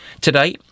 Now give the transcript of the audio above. Today